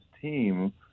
team